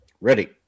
Ready